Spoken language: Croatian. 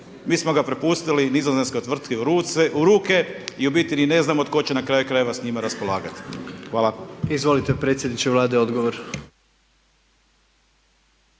mi smo ga prepustili nizozemskoj tvrtki u ruke i u biti ni ne znamo tko će na kraju krajeva s njime raspolagati. Hvala. **Jandroković,